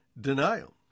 denial